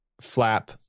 flap